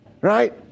Right